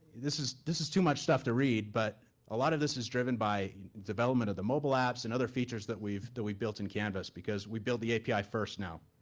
this is. this is too much stuff to read. but a lot of this is driven by development of the mobile apps and other features that we've. that we built in canvas, because we build the api first now.